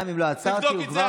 תבדוק את זה.